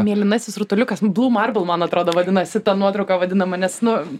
mėlynasis rutuliukas blue marble man atrodo vadinasi ta nuotrauka vadinama nes nu